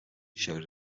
showed